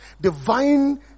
Divine